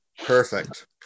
Perfect